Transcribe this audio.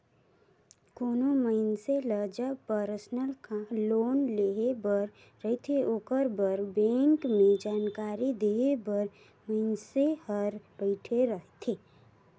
कोनो मइनसे ल जब परसनल लोन लेहे बर रहथे ओकर बर बेंक में जानकारी देहे बर मइनसे हर बइठे रहथे